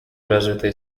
развитые